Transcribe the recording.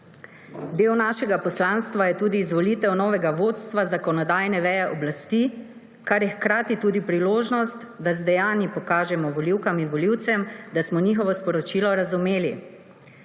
Del našega poslanstva je tudi izvolitev novega vodstva zakonodajne veje oblasti, kar je hkrati tudi priložnost, da z dejanji pokažemo volivkam in volivcem, da smo njihovo sporočilo razumeli.